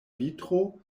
vitro